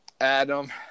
Adam